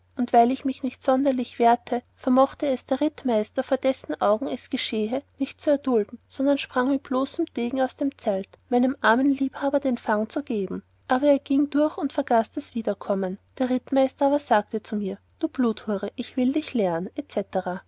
und weil ich mich nicht sonderlich wehrete vermochte es der rittmeister vor dessen augen es geschahe nicht zu erdulten sondern sprang mit bloßem degen aus dem zelt meinem armen liebhaber einen fang zu geben aber er gieng durch und vergaß das wiederkommen der rittmeister aber sagte zu mir du bluthure ich will dich lernen